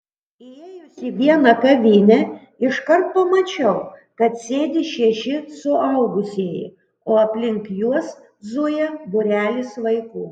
įėjus į vieną kavinę iškart pamačiau kad sėdi šeši suaugusieji o aplink juos zuja būrelis vaikų